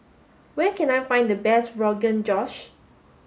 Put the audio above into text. where can I find the best Rogan Josh